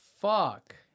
Fuck